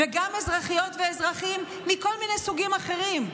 גם אזרחיות ואזרחים מכל מיני סוגים אחרים,